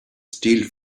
steal